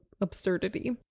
absurdity